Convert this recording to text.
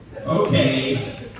Okay